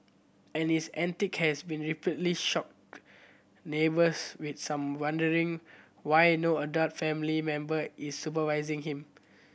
and his antics have repeatedly shocked neighbours with some wondering why no adult family member is supervising him